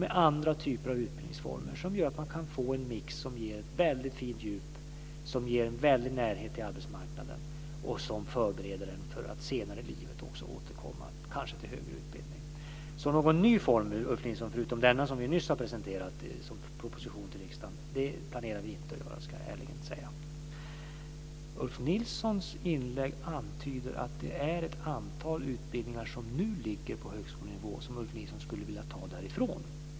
Det finns andra typer av utbildningsformer som gör att man kan få en mix som ger ett väldigt fint djup, som ger en väldig närhet till arbetsmarknaden och som förbereder en för att senare i livet kanske återkomma till högre utbildning. Så någon ny form, Ulf Nilsson, förutom den som vi nyss har presenterat i en proposition till riksdagen, ska jag ärligen säga att vi inte planerar. Ulf Nilssons inlägg antyder att det är ett antal utbildningar som nu ligger på högskolenivå som Ulf Nilsson skulle vilja ta därifrån.